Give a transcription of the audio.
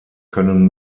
können